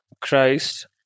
Christ